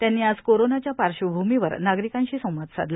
त्यांनी आज कोरोनाच्या पार्श्वभूमीवर नागरिकांशी संवाद साधला